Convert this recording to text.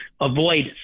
avoid